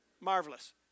Marvelous